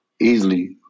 Easily